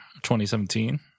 2017